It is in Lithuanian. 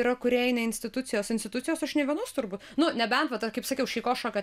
yra kūrėjai ne institucijos o institucijos aš nei vienos turbūt nu nebent va ta kaip sakiau šeiko šokio